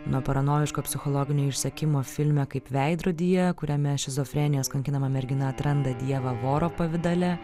nuo paranojiško psichologinio išsekimo filme kaip veidrodyje kuriame šizofrenijos kankinama mergina atranda dievą voro pavidale